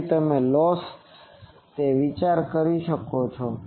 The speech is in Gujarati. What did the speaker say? તેથી તમે લોસ છે તે વિચાર કરી શકો છો